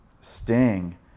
Sting